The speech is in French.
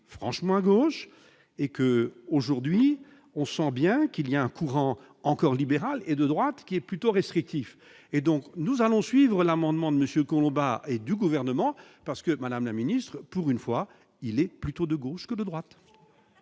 franchement à gauche et que, aujourd'hui, on sent bien qu'il y a un courant encore libéral et de droite qui est plutôt restrictif et donc nous allons suivre l'amendement de monsieur Colomba et du gouvernement parce que Madame la Ministre, pour une fois, il est plutôt de gauche comme de droite.